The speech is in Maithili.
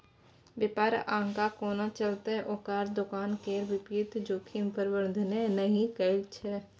बेपार आगाँ कोना चलतै ओकर दोकान केर वित्तीय जोखिम प्रबंधने नहि कएल छै